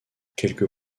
quelques